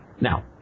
Now